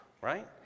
right